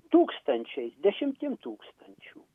tūkstančiais dešimtim tūkstančių